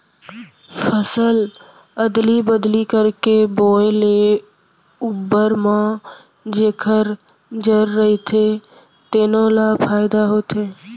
फसल अदली बदली करके बोए ले उप्पर म जेखर जर रहिथे तेनो ल फायदा होथे